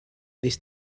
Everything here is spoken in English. this